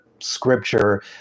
Scripture